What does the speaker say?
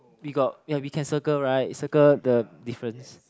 we got yeah we can circle right circle the difference